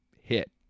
hit